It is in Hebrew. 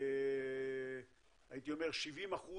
הייתי אומר 70%